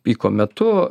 piko metu